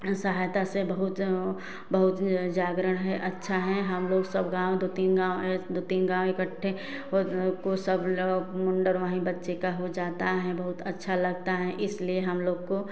सहायता से बहुत बहुत जाग़रण है अच्छा है हमलोग सब गाँव दो तीन गाँव दो तीन गाँव इकट्ठे हो सब मुण्डन वहीं बच्चे का हो जाता है बहुत अच्छा लगता है इसलिए हमलोग को